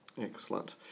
Excellent